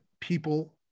people